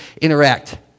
interact